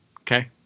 Okay